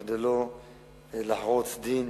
כדי לא לחרוץ דין